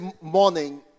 morning